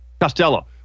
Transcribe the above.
Costello